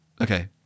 Okay